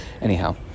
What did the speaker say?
Anyhow